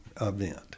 event